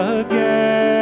again